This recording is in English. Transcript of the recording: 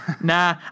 Nah